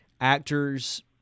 actors